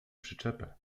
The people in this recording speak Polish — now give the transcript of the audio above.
przyczepę